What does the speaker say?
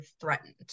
threatened